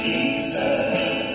Jesus